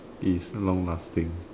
is long lasting